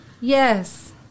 Yes